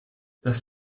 das